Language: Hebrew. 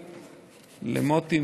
למוטי,